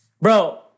bro